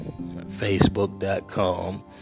facebook.com